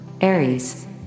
Aries